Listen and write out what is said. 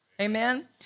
Amen